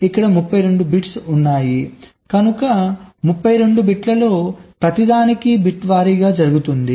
ఇక్కడ 32 బిట్స్ ఉన్నాయి కనుక 32 బిట్లలో ప్రతిదానికి బిట్ వారీగా జరుగుతుంది